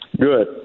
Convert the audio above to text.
Good